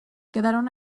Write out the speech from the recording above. quedaron